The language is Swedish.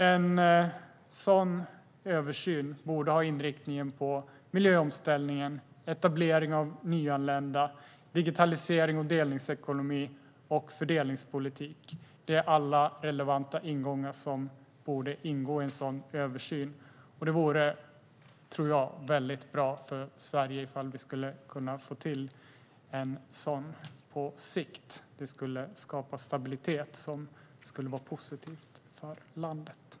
En sådan översyn borde ha en inriktning på miljöomställning, etablering av nyanlända, digitalisering, delningsekonomi och fördelningspolitik. Det är alla relevanta ingångar som borde ingå i en sådan översyn, och jag tror att det vore väldigt bra för Sverige om vi kunde få till en sådan på sikt. Det skulle skapa en stabilitet som skulle vara positiv för landet.